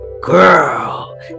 Girl